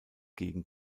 gegen